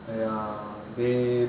!aiya! they